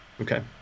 Okay